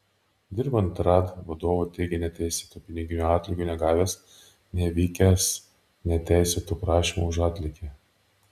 dirbant raad vadovu teigė neteisėto piniginio atlygio negavęs nevykęs neteisėtų prašymų už atlygį